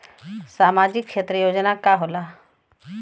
सामाजिक क्षेत्र योजना का होला?